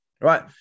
right